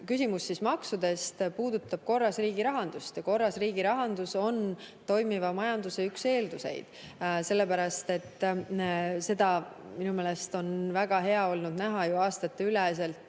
Küsimus maksudest puudutab korras riigirahandust ja korras riigirahandus on toimiva majanduse üks eeldusi. Seda on minu meelest väga hea olnud näha ju aastateüleselt,